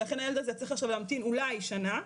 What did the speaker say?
ולכן הילד הזה צריך עכשיו להמתין אולי שנה,